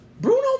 Bruno